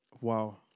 Wow